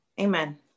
Amen